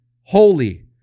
holy